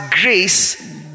grace